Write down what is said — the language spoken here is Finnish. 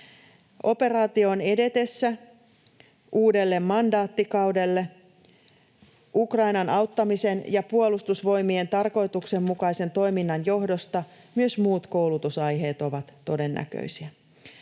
Operaation edetessä uudelle mandaattikaudelle Ukrainan auttamisen ja Puolustusvoimien tarkoituksenmukaisen toiminnan johdosta myös muut koulutusaiheet ovat todennäköisiä.